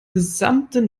gesamte